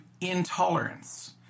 intolerance